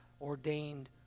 ordained